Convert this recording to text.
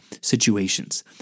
situations